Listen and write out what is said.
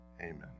Amen